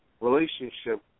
relationship